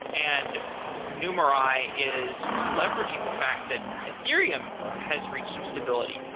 and numerai is leveraging the fact that ethereum has reached some stability.